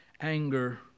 Anger